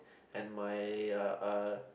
and my uh